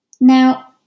Now